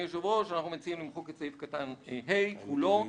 סעיף קטן (ה) יימחק.